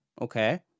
okay